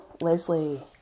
Leslie